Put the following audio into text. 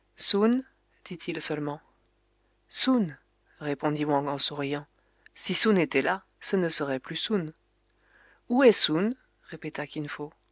seulement soun répondit wang en souriant si soun était là ce ne serait plus soun